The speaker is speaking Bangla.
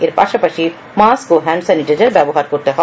এর পাশাপাশি মাস্ক হ্যান্ড স্যানিটাইজার ব্যবহার করতে হবে